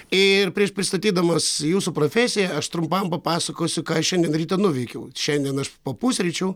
ir prieš pristatydamas jūsų profesiją aš trumpam papasakosiu ką aš šiandien ryte nuveikiau šiandien aš po pusryčių